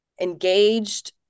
engaged